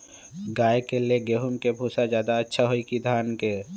गाय के ले गेंहू के भूसा ज्यादा अच्छा होई की धान के?